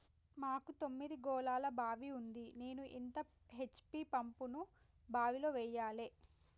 మాకు తొమ్మిది గోళాల బావి ఉంది నేను ఎంత హెచ్.పి పంపును బావిలో వెయ్యాలే?